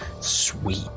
Sweet